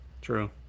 True